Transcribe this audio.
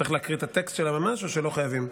צריך להקריא את הטקסט שלה ממש או שלא חייבים?